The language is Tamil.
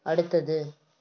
அடுத்தது